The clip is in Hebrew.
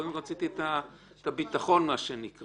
אני קודם רציתי את הביטחון, מה שנקרא.